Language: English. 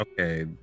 okay